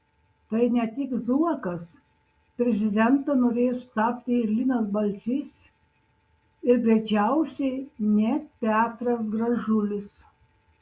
tai ne tik zuokas prezidentu norės tapti ir linas balsys ir greičiausiai net petras gražulis